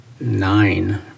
nine